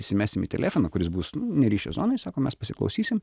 įsimesim į telefoną kuris bus ne ryšio zonoj sako mes pasiklausysim